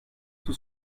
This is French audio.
sous